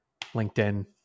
LinkedIn